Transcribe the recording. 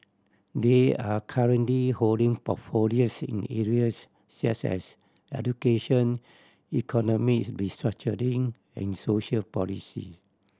they are currently holding portfolios in areas such as education economies restructuring and social policies